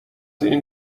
این